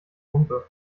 wumpe